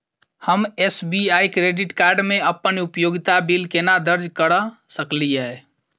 हम SBI credit card मे अप्पन उपयोगिता बिल केना दर्ज करऽ सकलिये?